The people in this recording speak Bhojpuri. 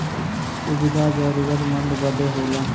सुविधा जरूरतमन्द बदे होला